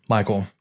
Michael